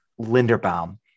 Linderbaum